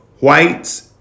Whites